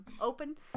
open